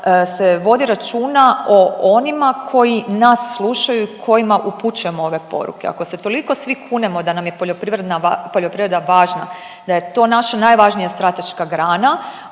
se vodi računa o onima koji nas slušaju i kojima upućujemo ove poruke. Ako se toliko svi kunemo da nam je poljoprivreda važna, da je to naša najvažnija strateška grana